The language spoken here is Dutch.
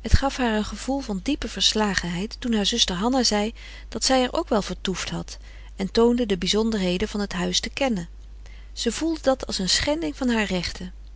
het gaf haar een gevoel van diepe verslagenheid toen haar zuster hanna zei dat zij er ook wel vertoefd had en toonde de bizonderheden van het huis te kennen ze voelde dat als een schending van haar rechten